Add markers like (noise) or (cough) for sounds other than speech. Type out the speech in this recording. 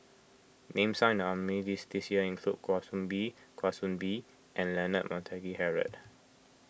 names (unintelligible) this year include Kwa Soon Bee Kwa Soon Bee and Leonard Montague Harrod